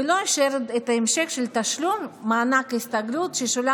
ולא אישר את ההמשך של תשלום מענק הסתגלות ששולם